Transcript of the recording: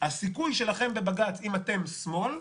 הסיכוי שלכם בבג"ץ, אם אתם שמאל,